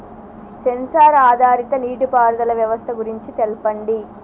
Censor ఆధారిత నీటిపారుదల వ్యవస్థ గురించి తెల్పండి?